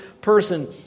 person